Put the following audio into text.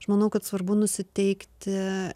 aš manau kad svarbu nusiteikti